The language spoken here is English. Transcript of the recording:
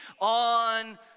on